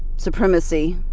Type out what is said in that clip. supremacy.